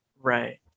right